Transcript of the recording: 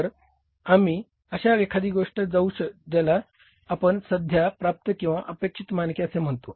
तर आम्ही अशा एखाद्या गोष्टीसाठी जाऊ ज्याला आपण सध्या प्राप्त किंवा अपेक्षित मानके असे म्हणतो